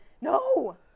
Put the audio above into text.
no